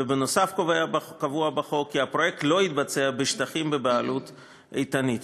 ונוסף על כך קבוע בחוק כי הפרויקט לא יתבצע בשטחים שבבעלות "איתנית",